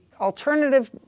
alternative